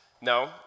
No